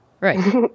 Right